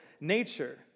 nature